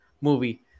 movie